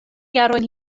jarojn